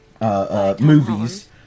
movies